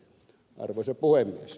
arvoisa puhemies